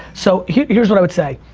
so here's here's what i would say.